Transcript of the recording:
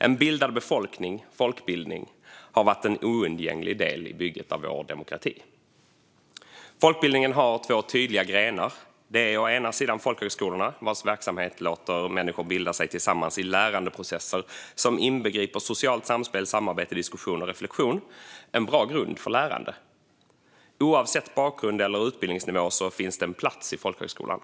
En bildad befolkning - folkbildning - har varit en oundgänglig del i bygget av vår demokrati. Folkbildningen har två tydliga grenar. Den ena är folkhögskolorna, vilkas verksamhet låter människor bilda sig tillsammans i lärandeprocesser som inbegriper socialt samspel, samarbete, diskussion och reflektion. Detta är en bra grund för lärande. Oavsett bakgrund eller utbildningsnivå finns det en plats i folkhögskolan.